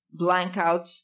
blankouts